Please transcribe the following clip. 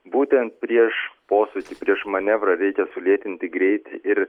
būtent prieš posūkį prieš manevrą reikia sulėtinti greitį ir